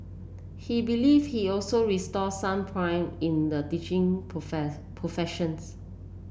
he believe he also restored some pride in the teaching profess professions